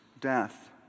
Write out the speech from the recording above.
death